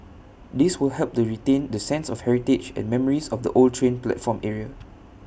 this will help to retain the sense of heritage and memories of the old train platform area